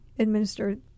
Administer